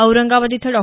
औरंगाबाद इथं डॉ